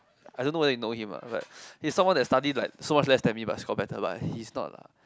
I don't know whether you know him what right he's someone that study like so much less them me but scored better but he's not lah